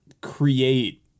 create